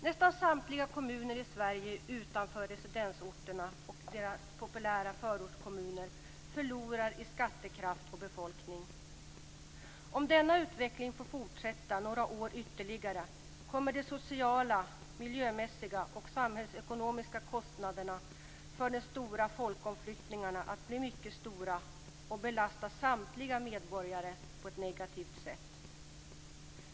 Nästan samtliga kommuner i Sverige utanför residensorterna och populära förortskommuner förlorar i skattekraft och befolkning. Om denna utveckling får fortsätta några år ytterligare kommer de sociala, miljömässiga och samhällsekonomiska kostnaderna för de stora folkomflyttningarna att bli mycket stora och belasta samtliga medborgare på ett negativt sätt.